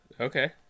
Okay